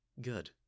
Good